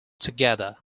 together